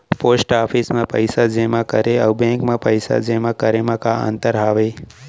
post office मा पइसा जेमा करे अऊ बैंक मा पइसा जेमा करे मा का अंतर हावे